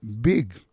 big